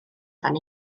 dan